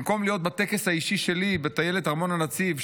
במקום להיות בטקס האישי שלי בטיילת ארמון הנציב,